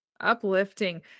uplifting